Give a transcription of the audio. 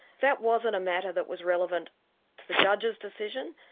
that wasn't a matter that was relevant to the judge's decision,